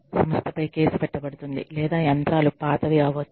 సంస్థ పై కేసు పెట్టబడుతుంది లేదా యంత్రాలు పాతవి అవొచ్చు